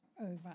over